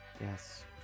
Yes